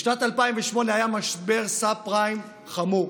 בשנת 2008 היה משבר subprime חמור,